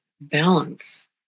balance